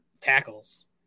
tackles